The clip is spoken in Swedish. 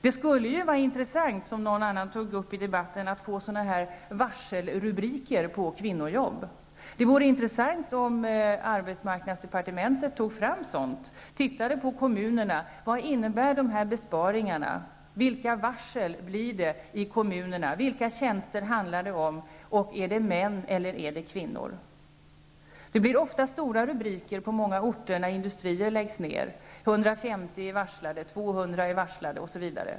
Det skulle vara intressant att, som någon här tog upp i debatten, få rubriker när det gäller varsel om kvinnojobb. Det vore intressant om arbetsmarknadsdepartementet tog fram siffror om detta och tittade på vad dessa besparingar innebär för kommunerna. Vilka varsel blir det i kommunerna, vilka tjänster handlar det om, och är det fråga om män eller kvinnor? Det blir ofta stora rubriker på många orter när industrier läggs ned: 150 är varslade, 200 är varslade osv.